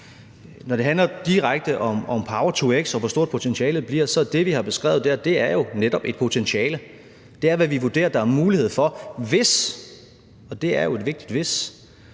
Når det handler direkte om power-to-x, og hvor stort potentialet bliver, så er det, vi har beskrevet dér, netop et potentiale. Det er, hvad vi vurderer der er mulighed for, hvis – og det er jo et vigtigt »hvis«